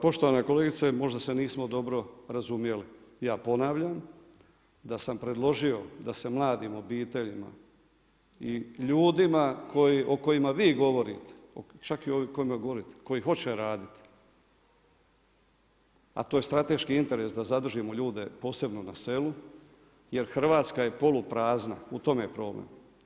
Pa poštovana kolegice možda se nismo dobro razumjeli, ja ponavljam da sam predložio da se mladim obiteljima i ljudima o kojima vi govorite, čak i ovi kojima govorite, koji hoće raditi a to je strateški interes da zadržimo ljude posebno na selu jer Hrvatska je poluprazna, u tome je problem.